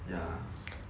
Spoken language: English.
ya